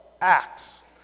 Acts